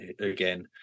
Again